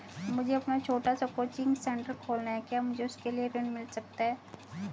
मुझे अपना छोटा सा कोचिंग सेंटर खोलना है क्या मुझे उसके लिए ऋण मिल सकता है?